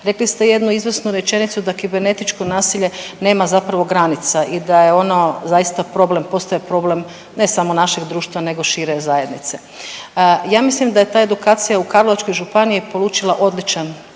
Rekli ste jednu izvrsnu rečenicu da kibernetičko nasilje nema zapravo granica i da je ono zaista problem, postaje problem ne samo našeg društva nego šire zajednice. Ja mislim da je ta edukacija u Karlovačkoj županiji polučila odličan,